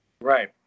Right